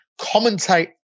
commentate